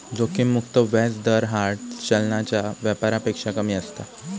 जोखिम मुक्त व्याज दर हार्ड चलनाच्या व्यापारापेक्षा कमी असता